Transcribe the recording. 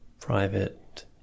private